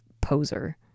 poser